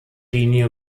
linie